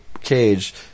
cage